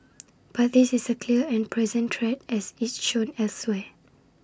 but this is A clear and present threat as it's shown elsewhere